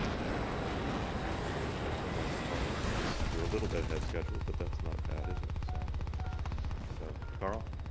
and i would like to invite carl up, i guess we're a little bit ahead of schedule, but that's not bad, is it? so so, carl?